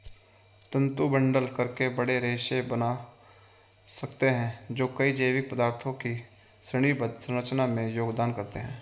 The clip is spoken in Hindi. तंतु बंडल करके बड़े रेशे बना सकते हैं जो कई जैविक पदार्थों की श्रेणीबद्ध संरचना में योगदान करते हैं